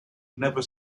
never